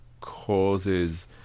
causes